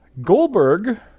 goldberg